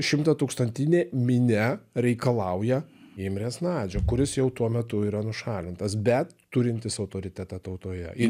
šimtatūkstantinė minia reikalauja imrės nadžio kuris jau tuo metu yra nušalintas bet turintis autoritetą tautoje ir